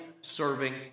serving